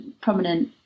prominent